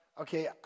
okay